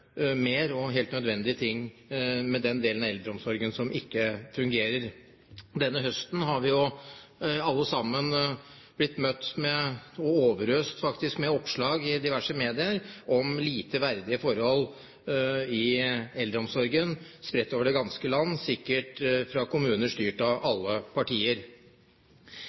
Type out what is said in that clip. mer og helt nødvendige ting med den delen av eldreomsorgen som ikke fungerer. Denne høsten har vi jo alle sammen blitt møtt med – faktisk overøst med – oppslag i diverse medier om lite verdige forhold i eldreomsorgen, spredt over det ganske land, sikkert fra kommuner styrt av alle partier.